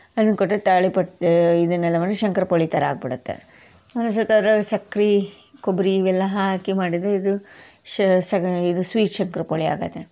ಅದನ್ನು ಕೊಟ್ಟರೆ ತಾಳಿಪಟ್ಟು ಇದನ್ನೆಲ್ಲ ಮಾಡಿ ಶಂಕರ್ಪೊಳಿ ಥರ ಆಗ್ಬಿಡತ್ತೆ ಸಕ್ರೆ ಕೊಬ್ಬರಿ ಇವೆಲ್ಲ ಹಾಕಿ ಮಾಡಿದರೆ ಇದು ಶ್ ಸಗ ಇದು ಸ್ವೀಟ್ ಶಂಕರ್ಪೊಳಿ ಆಗುತ್ತೆ